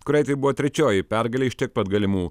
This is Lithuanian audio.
kuriai tai buvo trečioji pergalė iš tiek pat galimų